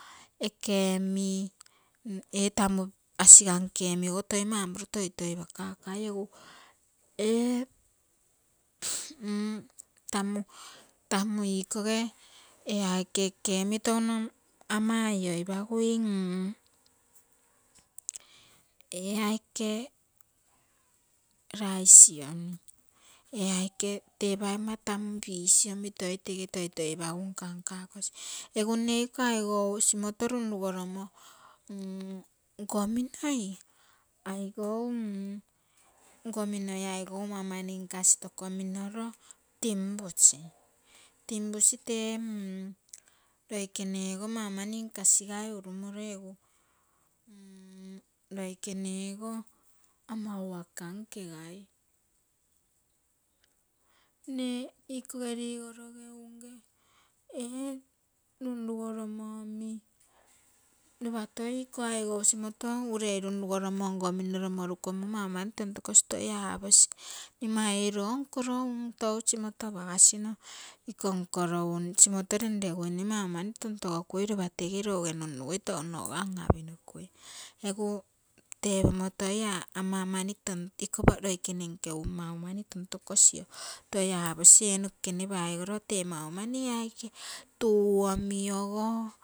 Oke omi ee tamu asiganke omi ogo toi mau moriro toitoi pakakai egu ee tamu, tamu ikoge ee aike oke omi touno ama oioi pagui, ee aike rice omi, ee aike tee paigomma tamu fish omi toi tege toitoi pagu nka nka kosi, egu mne iko aigou simoto runrugoromo nko minoi aigou, nko minoi aigou mau mani nkasi took minoro tinbusi, tinbusi tee loikene ogo mau mani nkasigai urumoro egu loikene ogo ama waka nkegai. mne ikoge ligoroge unge ee runrugoromo omi lopa toi iko aigou simoto urei runrugoromo ngo minoro moruko mo mau mani tontokosi toi aaposi mne mai oiro nkoro um tou simoto apakasino, iko nkoro um simoto renreguine mau mani tontogokui lopa tege touge nunnugui touno an-aipinoku egu tepomo toi iko loikene nke umm ama mani tontokosio, toi aposi ee no kekemi paigoro tee mau mani aike tuu omi ogo.